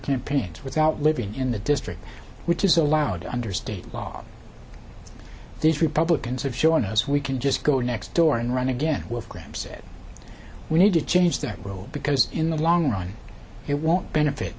campaigns without living in the district which is allowed under state law these republicans have shown us we can just go next door and run again with graham said we need to change that rule because in the long run it won't benefit